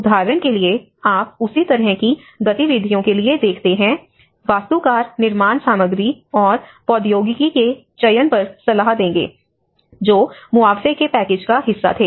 उदाहरण के लिए आप उसी तरह की गतिविधियों के लिए देखते हैं वास्तुकार निर्माण सामग्री और प्रौद्योगिकी के चयन पर सलाह देंगे जो मुआवजे के पैकेज का हिस्सा थे